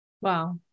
Wow